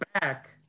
back